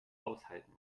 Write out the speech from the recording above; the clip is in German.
aushalten